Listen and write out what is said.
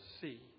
see